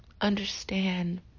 understand